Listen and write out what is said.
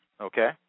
Okay